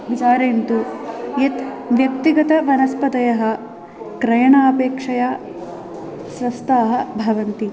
विचारयन्तु यत् व्यक्तिगतवनस्पतयः क्रयणापेक्षया स्वस्थाः भवन्ति